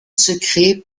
secret